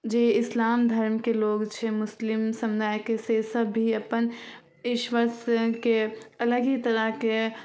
जे इसलाम धर्मके लोक छै मुसलिम समुदायके से सब भी अपन ईश्वरसे के अलग ही तरहके